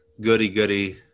goody-goody